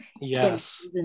yes